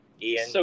Ian